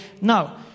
No